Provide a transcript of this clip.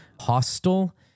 hostile